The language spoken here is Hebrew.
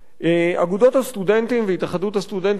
אגודות הסטודנטים והתאחדות הסטודנטים לקחו חלק